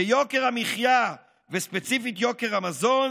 ביוקר המחיה, וספציפית יוקר המזון,